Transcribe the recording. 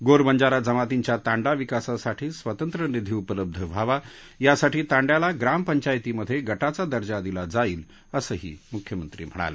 गोर बंजारा जमातींच्या तांडा विकासासाठी स्वतंत्र निधी उपलब्ध व्हावा यासाठी तांड्याला ग्राम पंचायतीमध्ये गटाचा दर्जा दिला जाईल असंही मुख्यमंत्री म्हणाले